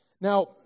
Now